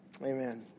Amen